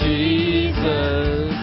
Jesus